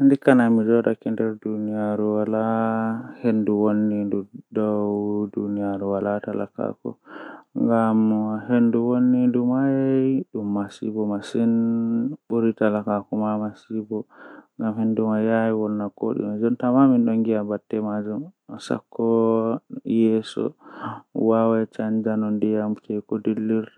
Awada ndiyamma haa dow fande a acca ndiyamman dolla alallita maroori ma laaba masin to ndiyam man dolli sei awaila marori ma haa nderndiyam man a acca ndiyamman dolla a acca marori man dolla be ndiyam man haa ndiyam man yarda marori man yarda ndiyamman fuu nden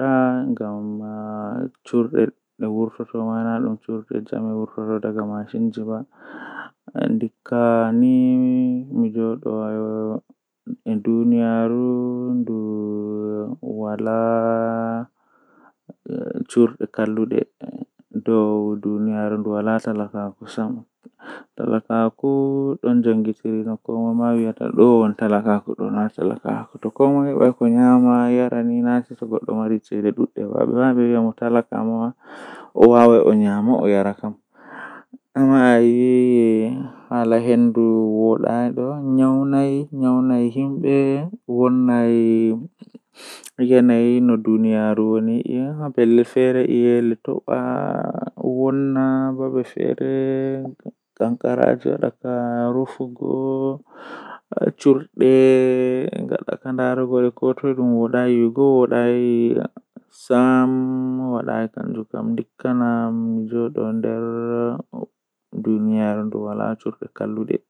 amema anana to bendi jam ajippina.